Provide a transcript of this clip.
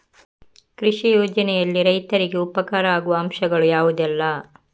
ಕೃಷಿ ಯೋಜನೆಯಲ್ಲಿ ರೈತರಿಗೆ ಉಪಕಾರ ಆಗುವ ಅಂಶಗಳು ಯಾವುದೆಲ್ಲ?